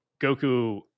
Goku